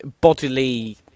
bodily